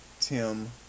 tim